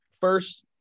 first